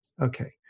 Okay